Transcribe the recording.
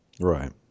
Right